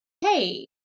hey